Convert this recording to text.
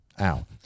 ow